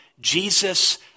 Jesus